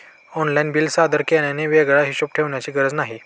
online bill सादर केल्याने वेगळा हिशोब ठेवण्याची गरज नाही